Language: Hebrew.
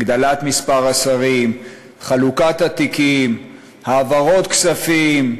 הגדלת מספר השרים, חלוקת התיקים, העברות כספים.